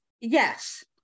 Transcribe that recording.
yes